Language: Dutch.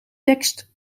tekst